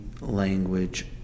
language